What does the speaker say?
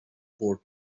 port